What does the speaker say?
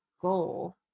goal